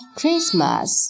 Christmas